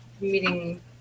meeting